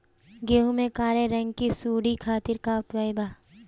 गेहूँ में काले रंग की सूड़ी खातिर का उपाय बा?